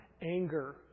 Anger